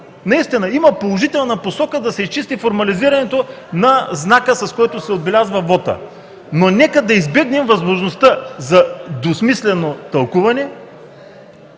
Наистина, има положителна посока да се изчисти формализирането на знака, с който се отбелязва вотът, но нека да избегнем възможността за двусмислено тълкуване